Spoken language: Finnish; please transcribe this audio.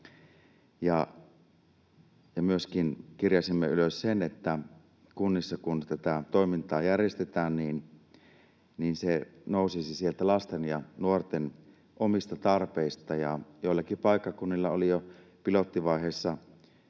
Myöskin kirjasimme ylös sen, että kun tätä toimintaa järjestetään kunnissa, niin se nousisi sieltä lasten ja nuorten omista tarpeista. Joillakin paikkakunnilla olivat jo pilottivaiheessa